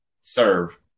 serve